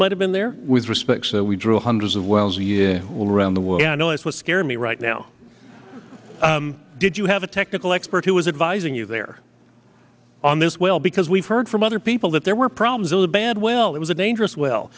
might have been there with respect so we drew hundreds of wells year all around the world i know it's what scared me right now i'm did you have a technical expert who is advising you there on this well because we've heard from other people that there were problems with the bad well it was a dangerous well